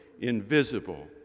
invisible